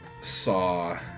saw